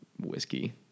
whiskey